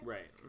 Right